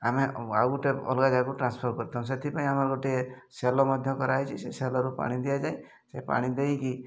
ଆମେ ଆଉ ଗୋଟେ ଅଲଗା ଯାଗାକୁ ଟ୍ରାନ୍ସଫର୍ କରିଥାଉ ସେଥିପାଇଁ ଆମର ଗୋଟିଏ ସେଲ ମଧ୍ୟ କରା ହେଇଛି ସେ ସେଲରୁ ପାଣି ଦିଆଯାଏ ସେ ପାଣି ଦେଇକି